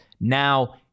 now